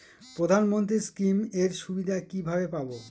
প্রধানমন্ত্রী স্কীম এর সুবিধা কিভাবে পাবো?